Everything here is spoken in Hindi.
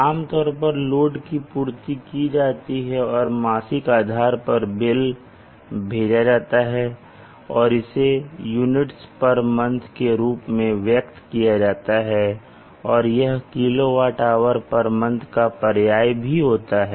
आम तौर पर लोड की पूर्ति की जाती है और मासिक आधार पर बिल भेजा जाता है और इसे units month के रूप में व्यक्त किया जाता है और यह kWhmonth का पर्याय भी होता है